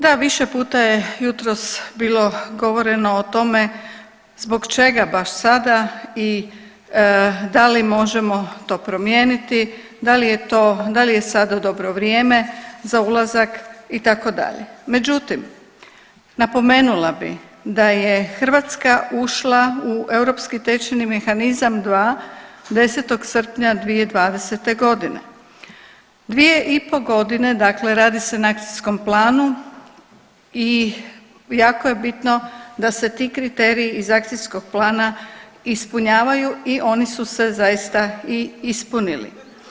Da, više puta je jutros bilo govoreno o tome zbog čega baš sada i da li možemo to promijeniti, da li je to da li je sada dobro vrijeme za ulazak itd., međutim napomenula bi da je Hrvatska ušla u europski tečajni mehanizam 2 10. srpnja 2020.g. Dvije i po godine radi se na akcijskom planu i jako je bitno da se ti kriteriji iz akcijskog plana ispunjavaju i oni su se zaista i ispunili.